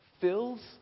fills